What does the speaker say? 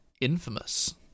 infamous